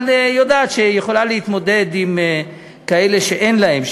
אבל היא יודעת שהיא יכולה להתמודד עם כאלה שאין להם.